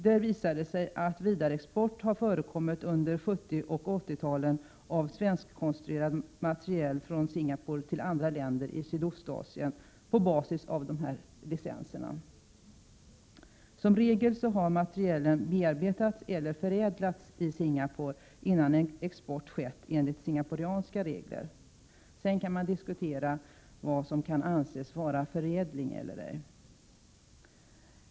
Det visar sig att det under 70 och 80-talen har förekommit vidareexport av svenskkonstruerad materiel från Singapore till andra länder i Sydostasien på basis av dessa licenser. Som regel har materielen bearbetats eller förädlats i Singapore, innan en export skett enligt singaporianska regler. Sedan kan man diskutera vad som kan anses vara förädling eller ej.